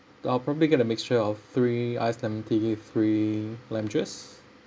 I'll probably get a mixture of three ice lemon tea three lime juice